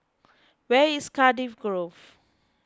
where is Cardiff Grove